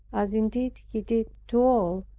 as indeed he did to all,